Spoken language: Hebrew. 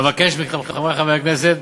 אבקש מכם, חברי חברי הכנסת,